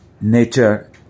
nature